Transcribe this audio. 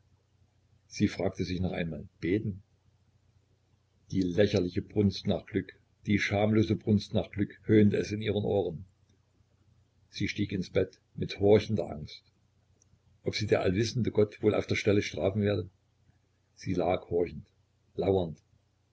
sie fragte sich noch einmal beten die lächerliche brunst nach glück die schamlose brunst nach glück höhnte es in ihren ohren sie stieg ins bett mit horchender angst ob sie der allwissende gott wohl auf der stelle strafen werde sie lag horchend lauernd